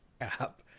app